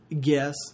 guess